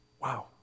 Wow